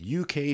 UK